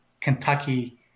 Kentucky